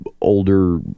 older